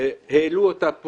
שגם העלו אותה,